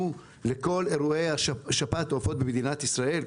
לכל אירועי שפעת העופות במדינת ישראל,